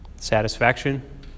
Satisfaction